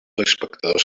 espectadors